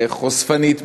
חושפנית מדי,